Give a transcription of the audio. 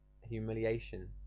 humiliation